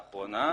האחרונה.